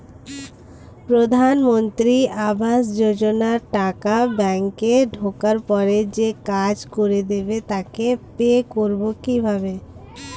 প্রধানমন্ত্রী আবাস যোজনার টাকা ব্যাংকে ঢোকার পরে যে কাজ করে দেবে তাকে পে করব কিভাবে?